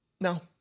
No